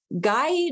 guide